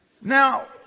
Now